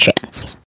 chance